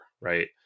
right